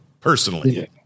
Personally